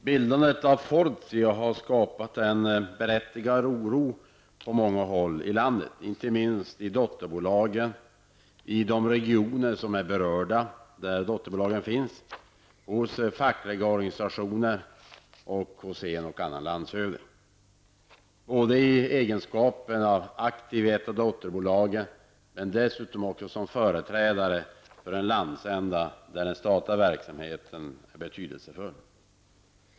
Bilden av Fortia har skapat en berättigad oro på många håll i landet, inte minst i dotterbolagen, i de regioner som är berörda, alltså där dotterbolagen finns, hos fackliga organisationer och hos en och annan landshövding som är aktiv i dotterbolagen och som dessutom företräder den landsända där den statliga verksamheten är av stor betydelse.